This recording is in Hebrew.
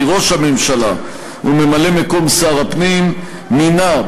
כי ראש הממשלה וממלא-מקום שר הפנים מינה,